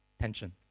Tension